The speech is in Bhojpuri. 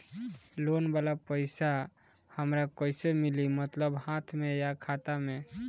लोन वाला पैसा हमरा कइसे मिली मतलब हाथ में या खाता में?